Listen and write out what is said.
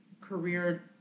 career